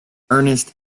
ernest